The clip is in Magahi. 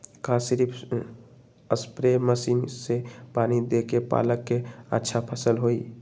का सिर्फ सप्रे मशीन से पानी देके पालक के अच्छा फसल होई?